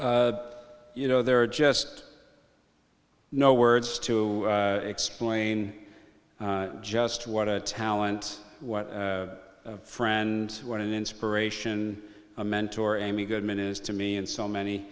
thank you know there are just no words to explain just what a talent what a friend what an inspiration a mentor amy goodman is to me and so many